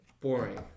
boring